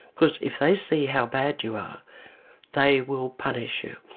because if they see how bad you are they will punish you.